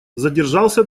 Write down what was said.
задержался